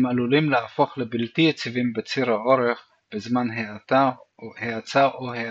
הם עלולים להפוך לבלתי יציבים בציר האורך בזמן האצה או האטה,